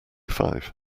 five